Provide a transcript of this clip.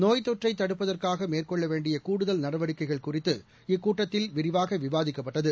நோய்த் தொற்றை தடுப்பதற்காக மேற்கொள்ள வேண்டிய கூடுதல் நடவடிக்கைகள் குறித்து இக்கூட்டத்தில் விரிவாக விவாதிக்கப்பட்டது